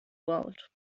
world